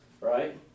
right